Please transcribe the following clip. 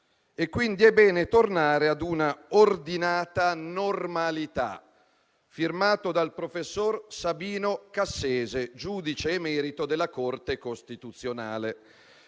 e, quindi, è bene tornare ad una ordinata normalità. Firmato dal professor Sabino Cassese, giudice emerito della Corte costituzionale,